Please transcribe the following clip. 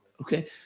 Okay